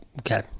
okay